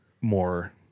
more